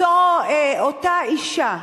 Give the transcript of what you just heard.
אותה אשה,